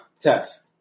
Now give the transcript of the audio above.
Test